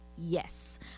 yes